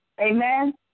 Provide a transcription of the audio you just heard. Amen